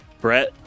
Brett